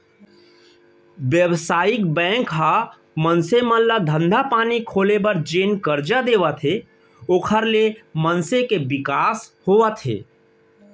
बेवसायिक बेंक ह मनसे मन ल धंधा पानी खोले बर जेन करजा देवत हे ओखर ले मनसे के बिकास होवत हे